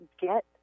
get